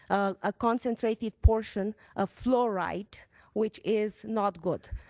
a concentrated portion of fluoride which is not good.